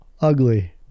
Ugly